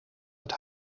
het